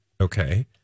okay